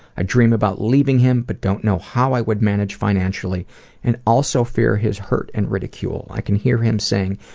i dream about leaving him but don't know how i would manage financially and also fear his hurt and ridicule. i can hear him say,